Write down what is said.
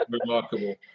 Remarkable